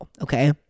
okay